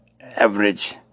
average